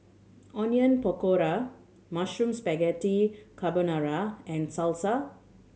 Onion Pakora Mushroom Spaghetti Carbonara and Salsa